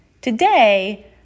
Today